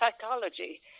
psychology